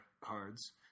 cards